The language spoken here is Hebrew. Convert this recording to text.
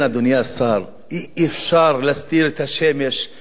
אי-אפשר להסתיר את השמש באיזו שמיכה.